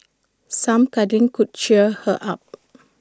some cuddling could cheer her up